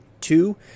Two